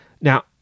Now